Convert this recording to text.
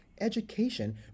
education